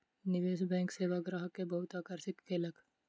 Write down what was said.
निवेश बैंक सेवा ग्राहक के बहुत आकर्षित केलक